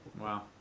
Wow